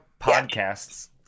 podcasts